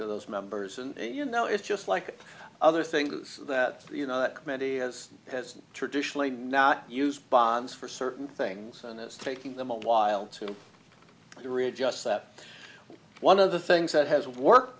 to those members and you know it's just like other things that you know that committee has has traditionally not use bonds for certain things and it's taken them a while to readjust that one of the things that has worked